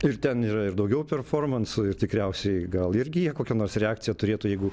ir ten yra ir daugiau performansų ir tikriausiai gal irgi jie kokią nors reakciją turėtų jeigu